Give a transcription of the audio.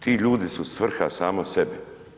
Ti ljudi su svrha sama sebi.